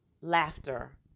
laughter